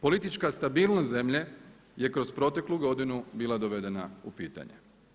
Politička stabilnost zemlje je kroz proteklu godinu bila dovedena u pitanje.